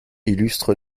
illustre